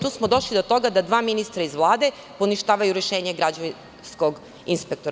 Tu smo došli do toga da dva ministra iz Vlade poništavaju rešenje građevinskog inspektora.